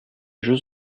jeux